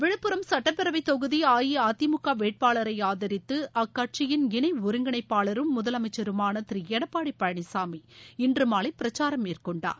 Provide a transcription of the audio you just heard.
விழுப்புரம் சுட்டப்பேரவை தொகுதி அஇஅதிமுக வேட்பாளரை ஆதரித்து அக்கட்சியின் இணை ஒருங்கிணைப்பாளரும் முதலமைச்சருமான திரு எடப்பாடி பழனிசாமி இன்று மாலை பிரச்சாரம் மேற்கொண்டார்